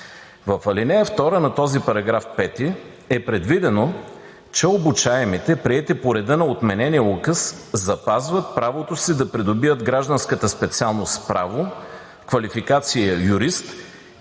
В ал. 2 на този § 5 е предвидено, че обучаемите, приети по реда на отменения указ запазват правото си да придобият гражданската специалност „Право“, квалификация „юрист“